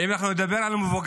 ואם אנחנו נדבר על המבוגרים,